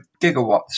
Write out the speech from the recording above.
gigawatts